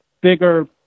bigger